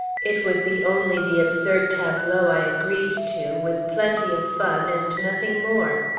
it would be only the absurd tableaux i agreed to, with plenty of fun, and nothing more.